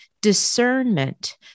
discernment